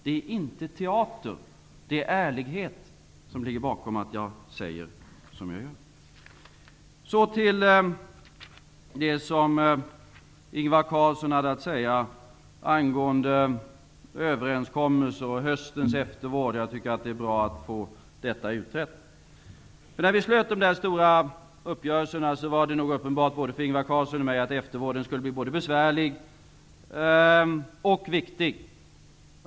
Det är inte teater, det är ärlighet som ligger bakom att jag säger som jag gör. Låt mig sedan gå över till det som Ingvar Carlsson hade att säga angående överenskommelser och eftervården efter höstens överenskommelser. Det är bra att vi får detta utrett. När vi slöt dessa stora uppgörelser var det nog uppenbart både för Ingvar Carlsson och mig att eftervården skulle bli både besvärlig och viktig.